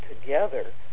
together